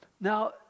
Now